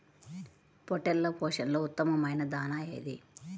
పొట్టెళ్ల పోషణలో ఉత్తమమైన దాణా ఏది?